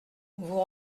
vous